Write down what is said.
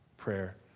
prayer